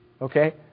Okay